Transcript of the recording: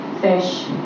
fish